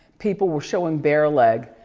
people were showing bare leg.